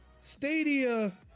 Stadia